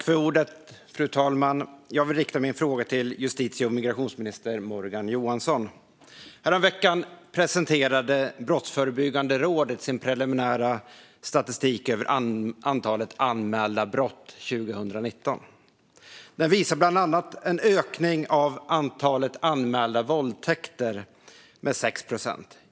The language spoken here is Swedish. Fru talman! Jag vill rikta min fråga till justitie och migrationsminister Morgan Johansson. Häromveckan presenterade Brottsförebyggande rådet sin preliminära statistik över antalet anmälda brott 2019. Den visar bland annat en ökning av antalet anmälda våldtäkter med 6 procent.